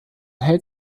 hält